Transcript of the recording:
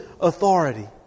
authority